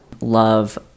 love